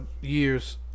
years